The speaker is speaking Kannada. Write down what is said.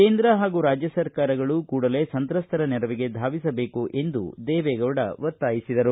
ಕೇಂದ್ರ ಹಾಗೂ ರಾಜ್ಞ ಸರ್ಕಾರಗಳು ಕೂಡಲೇ ಸಂತ್ರಸ್ತರ ನೆರವಿಗೆ ಧಾವಿಸಬೇಕು ಎಂದು ಅವರು ಒತ್ತಾಯಿಸಿದರು